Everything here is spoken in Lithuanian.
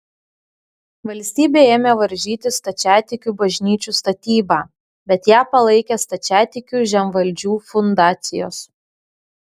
valstybė ėmė varžyti stačiatikių bažnyčių statybą bet ją palaikė stačiatikių žemvaldžių fundacijos